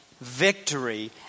victory